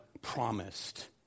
promised